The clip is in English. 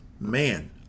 man